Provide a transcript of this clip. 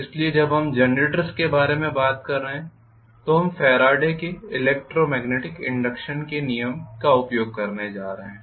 इसलिए जब हम जनरेटर के बारे में बात कर रहे हैं हम फैराडे के ईलेकट्रोमेग्नेटिक इंडक्षन के नियम का उपयोग करने जा रहे हैं